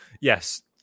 Yes